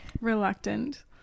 Reluctant